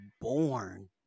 born